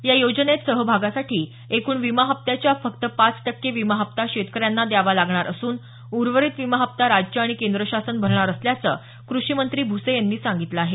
या योजनेत सहभागासाठी एकूण विमा हप्त्याच्या फक्त पाच टक्के विमा हप्ता शेतकऱ्यांना द्यावा लागणार असून उर्वरित विमा हप्ता राज्य आणि केंद्र शासन भरणार असल्याचं कृषी मंत्री भूसे यांनी सांगितलं आहे